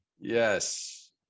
yes